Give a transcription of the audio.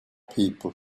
people